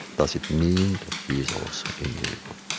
does it mean that he is also in evil?